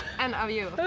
and of you,